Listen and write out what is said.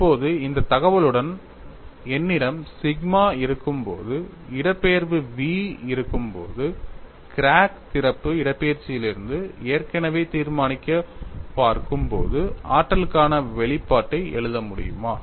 இப்போது இந்த தகவலுடன் என்னிடம் சிக்மா இருக்கும் போது இடப்பெயர்வு v இருக்கும் போது கிராக் திறப்பு இடப்பெயர்ச்சியிலிருந்து ஏற்கனவே தீர்மானிக்கப் பார்ருக்கும் போது ஆற்றலுக்கான வெளிப்பாட்டை எழுத முடியுமா